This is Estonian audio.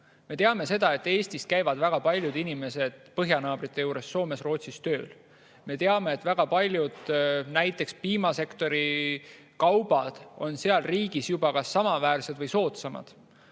Me teame seda, et Eestist käivad väga paljud inimesed tööl põhjanaabrite juures, Soomes-Rootsis. Me teame, et väga paljud, näiteks piimasektori kaubad on seal riigis juba kas samaväärsed või soodsamad.